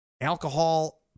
Alcohol